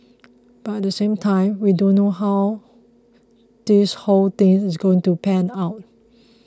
but at the same time we don't know how this whole thing is going to pan out